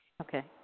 okay